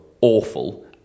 awful